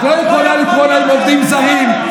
את לא יכולה לקרוא להם עובדים זרים.